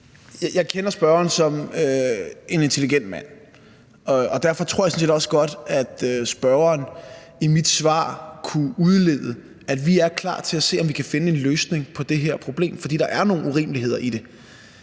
Jeg kender spørgeren som en intelligent mand, og derfor tror jeg sådan set også godt, at spørgeren i mit svar kunne udlede, at vi er klar til at se, om vi kan finde en løsning på det her problem, for der er nogle urimeligheder i det.